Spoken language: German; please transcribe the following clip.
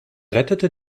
rettete